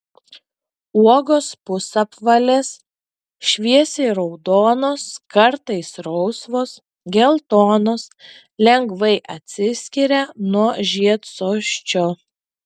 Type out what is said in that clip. uogos pusapvalės šviesiai raudonos kartais rausvos geltonos lengvai atsiskiria nuo žiedsosčio